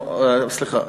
לא, סליחה.